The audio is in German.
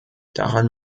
daran